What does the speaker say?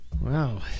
wow